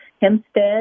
Hempstead